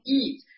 eat